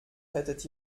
hättet